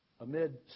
amid